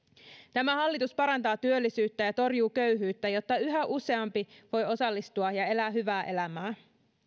tämä hallitus parantaa työllisyyttä ja torjuu köyhyyttä jotta yhä useampi voi osallistua ja elää hyvää elämää